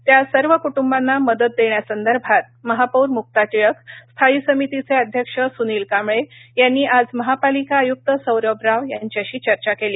त्या सर्व क्ट्ंबाना मदत देण्यासंदर्भात महापौर मुक्ता टिळक स्थायी समितीचे अध्यक्ष स्नील कांबळे यांनी आज महापालिका आय्क्त सौरभ राव यांच्याशी चर्चा केली